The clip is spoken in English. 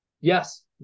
Yes